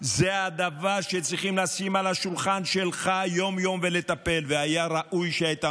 הוא הדבר שצריך לשים על השולחן שלך יום-יום ולטפל בו.